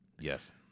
Yes